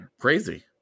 crazy